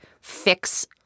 fix –